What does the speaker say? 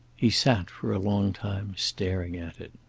he sat for a long time staring at it.